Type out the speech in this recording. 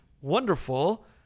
wonderful